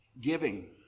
giving